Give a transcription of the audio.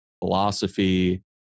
philosophy